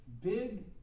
big